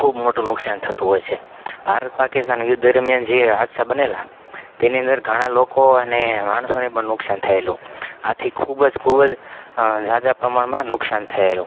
ખૂબ મોટું નુક્સાન થતું હોય છે ભારત પાકિસ્તાન યુદ્ધ દરમિયાન જે હાદસા બનેલા તેની અંદર ઘણા લોકો અને માણસોને પણ નુક્સાન થયેલું આથી ખૂબ જ ખુબ જ ઝાઝા પ્રમાણમાં નુકસાન થયેલું